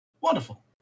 Wonderful